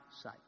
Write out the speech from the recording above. sight